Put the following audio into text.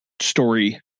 Story